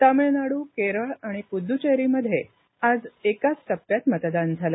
तामिळनाडू केरळ आणि पुद्द्वेरीमध्ये आज एकाच टप्प्यात मतदान झालं